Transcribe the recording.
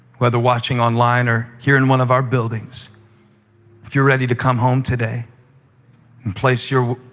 whether watching online or here in one of our buildings, if you're ready to come home today and place your